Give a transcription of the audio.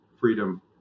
freedom